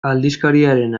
aldizkariaren